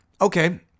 Okay